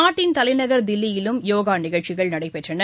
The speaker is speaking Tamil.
நாட்டின் தலைநகர் தில்லியிலும் யோகாநிகழ்ச்சிகள் நடைபெற்றன